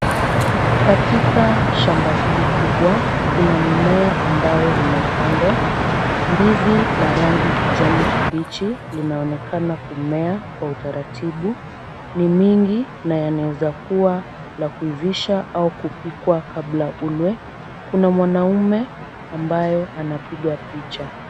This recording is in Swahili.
Katika shamba hili kubwa, kuna mimea ambayo umepandwa. Ndizi la rangi kijani kibichi linaonekana kumea kwa utaratibu. Ni mingi na yanaweza kuwa la kuivisha au kupika kabla ulwe. Kuna mwanaume ambayo anapiga picha.